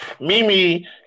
Mimi